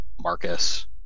Marcus